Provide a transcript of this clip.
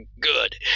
Good